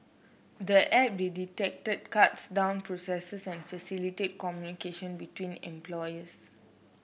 the app they detected cuts down processes and facilitate communication between employees